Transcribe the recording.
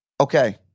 okay